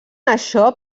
això